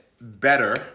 better